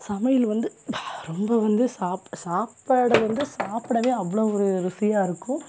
சமையல் வந்து ரொம்ப வந்து சாப் சாப்பாடை வந்து சாப்பிடவே வந்து அவ்வளோ ஒரு ருசியாக இருக்கும்